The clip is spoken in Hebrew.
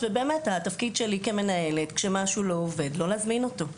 והתפקיד שלי כמנהלת כשמשהו לא עובד לא להזמין אותו,